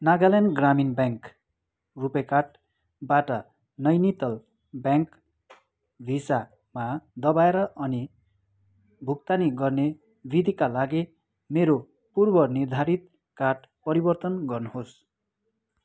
नागाल्यान्ड ग्रामीण ब्याङ्क रुपे कार्टबाट नैनिताल ब्याङ्क भिसामा दबाएर अनि भुक्तानी गर्ने विधिका लागि मेरो पूर्वनिर्धारित कार्ड परिवर्तन गर्नुहोस्